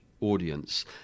audience